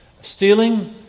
stealing